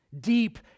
deep